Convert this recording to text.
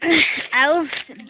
ଆଉ